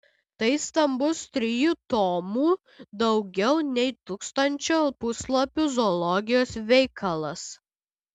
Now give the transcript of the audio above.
tai stambus trijų tomų daugiau nei tūkstančio puslapių zoologijos veikalas